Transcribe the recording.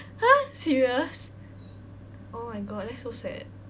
!huh! serious oh my god that's so sad